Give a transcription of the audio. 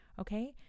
Okay